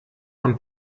von